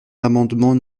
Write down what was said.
l’amendement